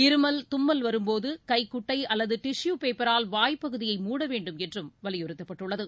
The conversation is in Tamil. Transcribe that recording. இருமல் தும்மல் வரும்போது கைகுட்டை அல்லது டிஷு பேப்பரால் வாய் பகுதியை மூட வேண்டும் என்றும் வலியுறுத்தப்பட்டுள்ளது